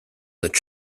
that